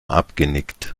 abgenickt